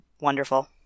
wonderful